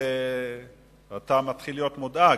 אתה מתחיל להיות מודאג,